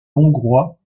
hongrois